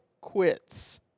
quits